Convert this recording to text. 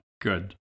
good